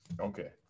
Okay